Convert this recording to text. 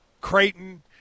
Creighton